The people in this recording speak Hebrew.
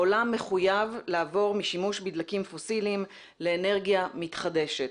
העולם מחויב לעבור משימוש בדלקים פוסיטליים לאנרגיה מתחדשת,